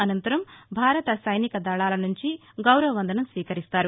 అనంతరం భారత సైనిక దళాలనుంచి గౌరవవందనం స్వీకరిస్తారు